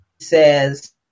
says